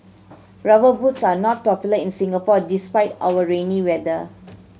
Rubber Boots are not popular in Singapore despite our rainy weather